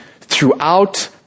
throughout